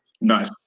Nice